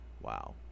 Wow